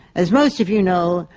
as most of you know,